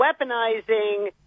weaponizing